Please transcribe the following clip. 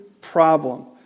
problem